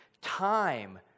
time